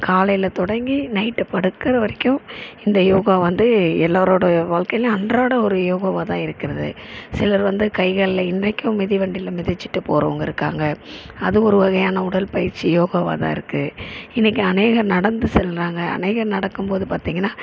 காலையில் தொடங்கி நைட்டு படுக்கிற வரைக்கும் இந்த யோகா வந்து எல்லாரோட வாழ்க்கையிலையும் அன்றாட ஒரு யோகாவாக தான் இருக்கிறது சிலர் வந்து கைகளில் இன்னைக்கும் மிதி வண்டியில மிதிச்சிட்டு போகறவங்க இருக்காங்க அது ஒரு வகையான உடல்பயிற்சி யோகாவாக தான் இருக்கு இன்னைக்கு அநேகர் நடந்து சொல்லுறாங்க அநேகர் நடக்கும் போது பார்த்தீங்கன்னா